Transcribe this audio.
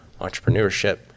entrepreneurship